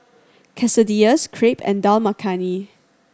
Quesadillas Crepe and Dal Makhani